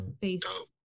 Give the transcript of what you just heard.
face